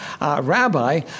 rabbi